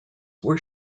were